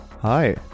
Hi